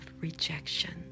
rejection